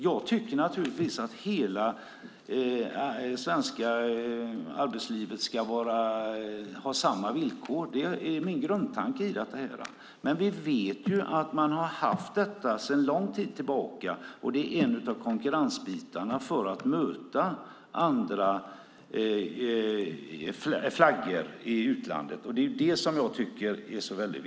Jag tycker naturligtvis att hela det svenska arbetslivet ska ha samma villkor. Det är min grundtanke. Men vi vet ju att det har varit så här sedan lång tid tillbaka och att det är en av konkurrensfaktorerna för att möta fartyg under annan flagg i utlandet. Det är det som jag tycker är så viktigt.